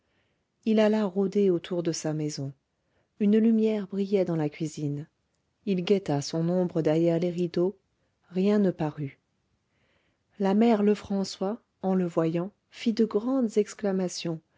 il alla rôder autour de sa maison une lumière brillait dans la cuisine il guetta son ombre derrière les rideaux rien ne parut la mère lefrançois en le voyant fit de grandes exclamations